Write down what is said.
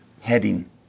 heading